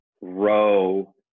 row